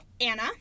Anna